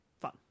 fun